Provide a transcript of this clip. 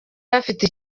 bafite